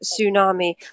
tsunami